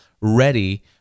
ready